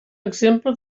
exemple